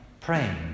praying